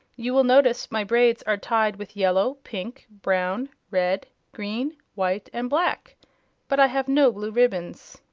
you will notice my braids are tied with yellow, pink, brown, red, green, white and black but i have no blue ribbons.